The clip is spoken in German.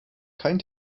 kein